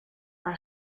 haar